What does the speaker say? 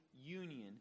union